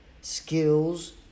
skills